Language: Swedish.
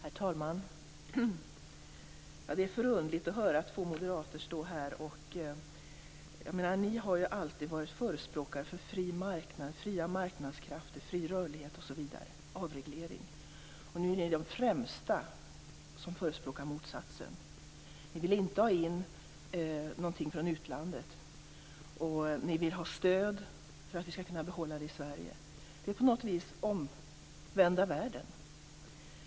Herr talman! Det är underligt att höra på dessa två moderater. Ni har ju alltid förespråkat fri marknad, fria marknadskrafter, fri rörlighet, avreglering osv. Nu är ni de främsta förespråkarna för motsatsen. Ni vill inte ha in någonting från utlandet. Ni vill ha stöd för att vi skall kunna behålla det här i Sverige. Det är på något vis uppochnedvända världen.